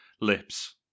lips